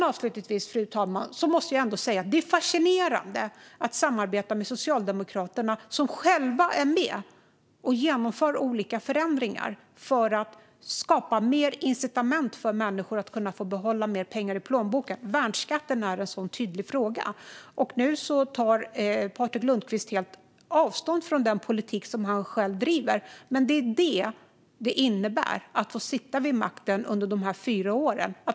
Avslutningsvis, fru talman, måste jag ändå säga att det är fascinerande att samarbeta med Socialdemokraterna, som själva är med och genomför olika förändringar för att skapa mer incitament för människor att få behålla mer pengar i plånboken. Värnskatten är en sådan tydlig fråga. Nu tar Patrik Lundqvist helt avstånd från den politik han själv driver. Men det är detta det innebär att få sitta vid makten under de här fyra åren.